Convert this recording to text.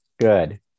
good